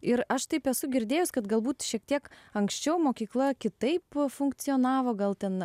ir aš taip esu girdėjus kad galbūt šiek tiek anksčiau mokykla kitaip funkcionavo gal ten